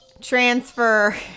transfer